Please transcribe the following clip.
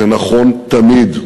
זה נכון תמיד,